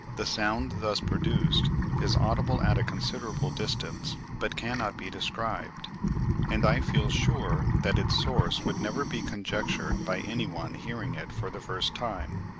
the sound thus produced is audible at a considerable distance but cannot be described and i feel sure that its source would never be conjectured by any one hearing it for the first time.